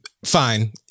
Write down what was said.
Fine